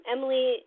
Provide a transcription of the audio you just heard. Emily